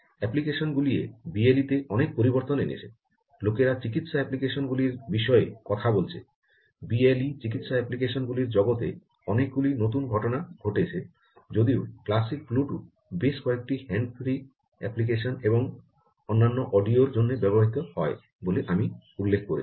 application গুলিয়ে BLE তে অনেক পরিবর্তন এনেছে লোকেরা চিকিত্সা অ্যাপ্লিকেশন গুলির বিষয়ে কথা বলেছে বিএলই চিকিত্সা অ্যাপ্লিকেশন গুলির জগতে অনেকগুলি নতুন ঘটনা ঘটছে যদিও ক্লাসিক ব্লুটুথ বেশ কয়েকটি হ্যান্ড ফ্রি অ্যাপ্লিকেশন এবং অন্যান্য অডিও র জন্য ব্যবহৃত হয় বলে আমি উল্লেখ করেছি